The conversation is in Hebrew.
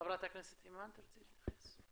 חברת הכנסת אימאן, תרצי להתייחס?